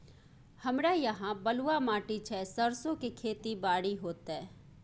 हमरा यहाँ बलूआ माटी छै सरसो के खेती बारी होते?